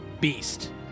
beast